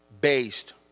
based